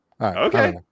okay